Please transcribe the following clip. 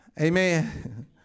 Amen